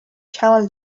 camel